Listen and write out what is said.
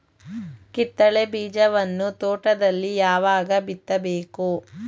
ಕಿತ್ತಳೆ ಬೀಜವನ್ನು ತೋಟದಲ್ಲಿ ಯಾವಾಗ ಬಿತ್ತಬೇಕು?